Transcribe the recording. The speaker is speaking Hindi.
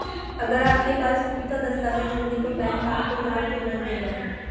अगर आपके पास पुख्ता दस्तावेज़ होंगे तो बैंक आपको उधार क्यों नहीं देगा?